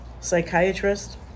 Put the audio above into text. psychiatrist